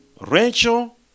Rachel